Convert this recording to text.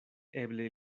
eble